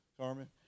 Carmen